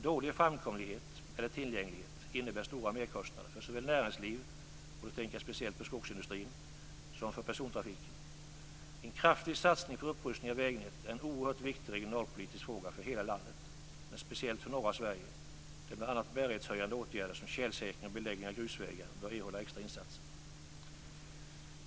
Dålig framkomlighet eller tillgänglighet innebär stora merkostnader såväl för näringsliv, och då tänker jag speciellt på skogsindustrin, som för persontrafiken. En kraftig satsning på upprustning av vägnätet är en oerhört viktigt regionalpolitisk fråga för hela landet - men speciellt för norra Sverige, där bl.a. bärighetshöjande åtgärder som tjälsäkring och beläggning av grusvägar bör erhålla extra insatser.